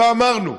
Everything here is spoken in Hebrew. ואמרנו,